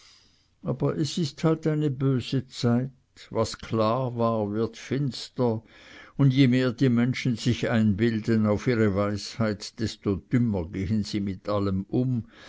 aber es ist halt eine böse zeit was klar war wird finster und je mehr die menschen sich einbilden auf ihre weisheit desto dümmer gehen sie mit allem um